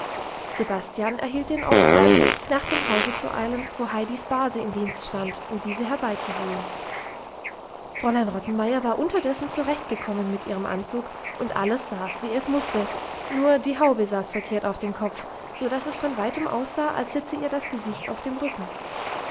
sebastian erhielt den auftrag nach dem hause zu eilen wo heidis base im dienst stand und diese herbeizuholen fräulein rottenmeier war unterdessen zurechtgekommen mit ihrem anzug und alles saß wie es musste nur die haube saß verkehrt auf dem kopf so dass es von weitem aussah als sitze ihr das gesicht auf dem rücken